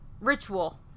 ritual